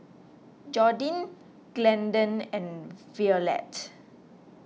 Jordin Glendon and Violette